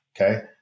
Okay